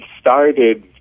started